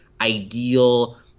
ideal